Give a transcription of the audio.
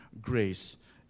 grace